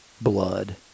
blood